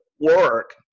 Work